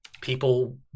people